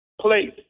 Place